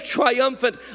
Triumphant